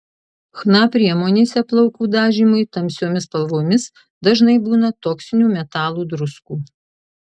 chna priemonėse plaukų dažymui tamsiomis spalvomis dažnai būna toksinių metalų druskų